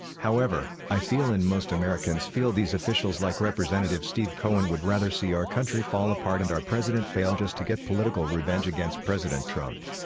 however, i feel and most americans feel these officials like rep. steve cohen would rather see our country fall apart and our president fail just to get political revenge against president trump.